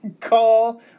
call